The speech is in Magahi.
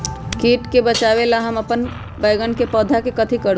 किट से बचावला हम अपन बैंगन के पौधा के कथी करू?